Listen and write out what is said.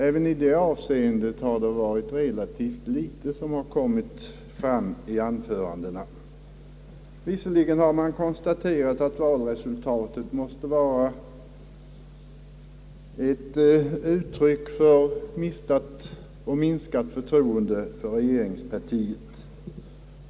Även i det avseendet har relativt litet kommit fram i anförandena. Man har konstaterat att valresultatet måste vara ett uttryck för minskat eller mistat förtroende för regeringspartiet.